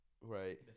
right